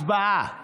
הצבעה.